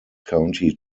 county